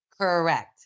Correct